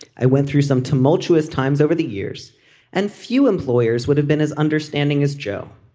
i went through some tumultuous times over the years and few employers would have been as understanding as joe.